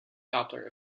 doppler